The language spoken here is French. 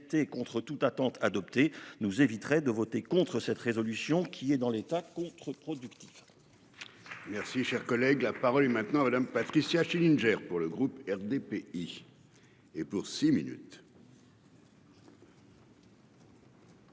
Merci, cher collègue, la parole maintenant Madame, Patricia Schillinger pour le groupe RDPI. Et pour six minutes.